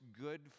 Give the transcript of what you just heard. good